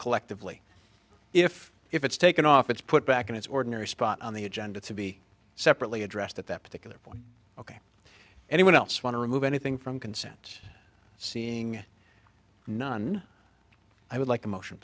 collectively if if it's taken off it's put back in its ordinary spot on the agenda to be separately addressed at that particular point ok anyone else want to remove anything from consent seeing none i would like a motion